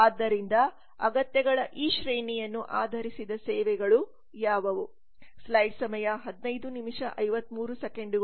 ಆದ್ದರಿಂದ ಅಗತ್ಯಗಳ ಈ ಶ್ರೇಣಿಯನ್ನು ಆಧರಿಸಿದ ಸೇವೆಗಳು ಯಾವುವು